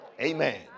Amen